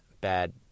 bad